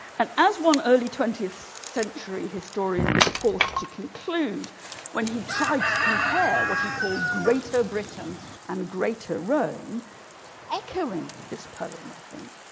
and as one early twentieth century historian was forced to conclude when he tried to compare what he called greater britain and greater rome echoing this poem i think